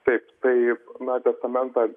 taip tai na testamentą